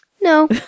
No